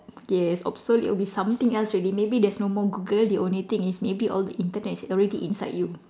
yes obsolete will be something else already maybe there's no more Google the only thing is maybe all the Internet is already inside you